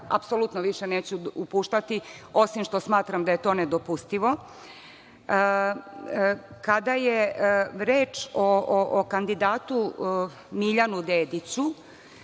apsolutno više neću upuštati, osim što smatram da je to nedopustivo. Kada je reč o kandidatu Miljanu Dediću,